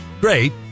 great